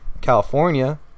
california